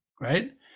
Right